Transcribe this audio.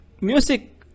Music